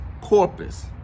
corpus